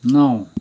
नौ